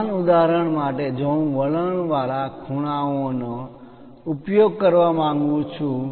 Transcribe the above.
સમાન ઉદાહરણ માટે જો હું વલણવાળા ખૂણાઓનો ઉપયોગ કરવા માંગું છું